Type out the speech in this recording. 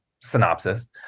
synopsis